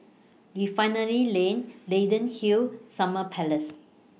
Refinery Lane Leyden Hill Summer Palace